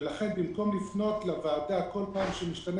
ולכן במקום לפנות לוועדה כל פעם כשמשתנה